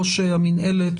ראש המינהלת,